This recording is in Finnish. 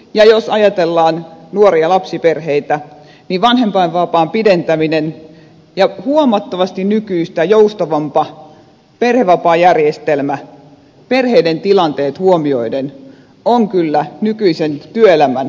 ja jos ajatellaan nuoria lapsiperheitä niin vanhempainvapaan pidentäminen ja huomattavasti nykyistä joustavampi perhevapaajärjestelmä perheiden tilanteet huomioiden on kyllä nykyisen työelämän vaatimusten mukainen